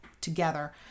together